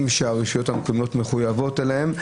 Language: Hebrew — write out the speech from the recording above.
שהרשויות המקומיות מחויבות אליהם,